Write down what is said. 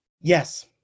Yes